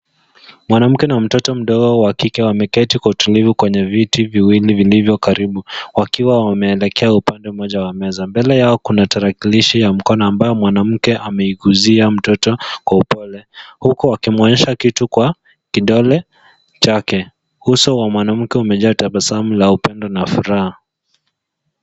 Mwanamke na mtoto mdogo wa kike wameketi kwa utulivu kwenye viti viwili vilivyo karibu, wakiwa wameelekea upande mmoja wa meza. Mbele yao kuna tarakilishi ya mkono ambayo mwanamke ameiguzia mtoto kwa upole, huku akimwonyesha kitu kwa kidole chake. Uso wa mwanamke umejaa tabasamu la upendo na furaha.